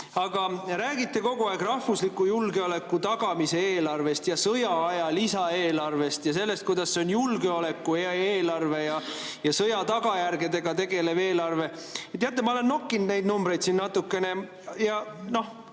te räägite kogu aeg rahvusliku julgeoleku tagamise eelarvest ja sõjaaja lisaeelarvest ja sellest, et see on julgeoleku eelarve ja sõja tagajärgedega tegelev eelarve. Teate, ma olen nokkinud neid numbreid siin natukene